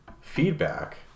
feedback